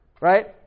right